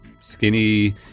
skinny